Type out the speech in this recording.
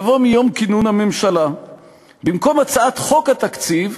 יבוא "מיום כינון הממשלה",/ במקום "הצעת חוק התקציב"